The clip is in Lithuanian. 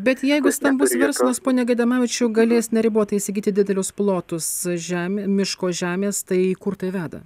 bet jeigu stambus verslas pone gaidamavičiau galės neribotai įsigyti didelius plotus žem miško žemės tai kur tai veda